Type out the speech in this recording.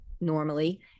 normally